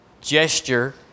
gesture